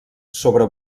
sobre